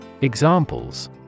Examples